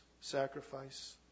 sacrifice